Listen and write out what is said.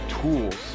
tools